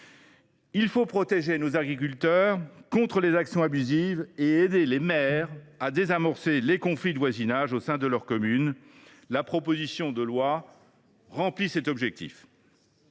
Il faut protéger nos agriculteurs contre les actions abusives et aider les maires à désamorcer les conflits de voisinage au sein de leurs communes : la proposition de loi les aidera